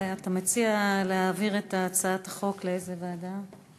אתה מציע להעביר את ההצעה לסדר-היום לאיזה ועדה?